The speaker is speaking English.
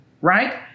right